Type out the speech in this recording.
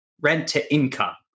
rent-to-income